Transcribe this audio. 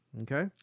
Okay